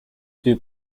dew